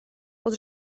pod